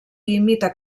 imita